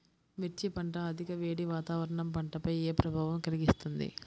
మిర్చి పంట అధిక వేడి వాతావరణం పంటపై ఏ ప్రభావం కలిగిస్తుంది?